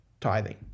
tithing